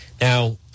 Now